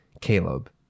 Caleb